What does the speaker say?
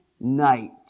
night